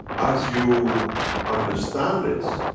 as you understand this,